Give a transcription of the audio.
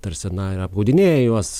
tarsi na ir apgaudinėja juos